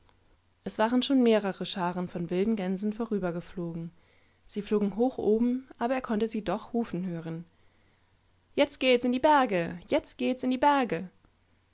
es waren schon mehrere scharen von wilden gänsen vorübergeflogen sie flogen hoch oben aber er konnte sie doch rufen hören jetzt geht's in die berge jetztgeht'sindieberge als die